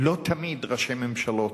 לא תמיד ראשי ממשלות,